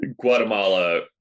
guatemala